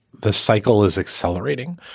the cycle is accelerating.